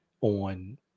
on